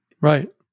right